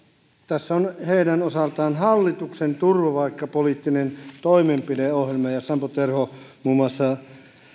tässä on heidän osaltaan hallituksen turvapaikkapoliittinen toimenpideohjelma ja ja sampo terho muun muassa